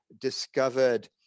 discovered